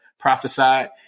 Prophesied